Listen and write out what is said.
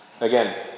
Again